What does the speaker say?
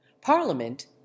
Parliament